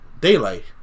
daylight